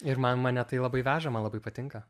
ir man mane tai labai veža man labai patinka